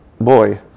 boy